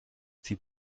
sie